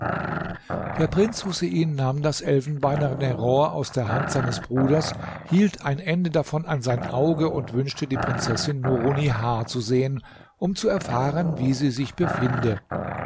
der prinz husein nahm das elfenbeinerne rohr aus der hand seines bruders hielt ein ende davon an sein auge und wünschte die prinzessin nurunnihar zu sehen um zu erfahren wie sie sich befinde